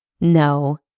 No